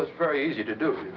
ah very easy to do,